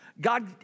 God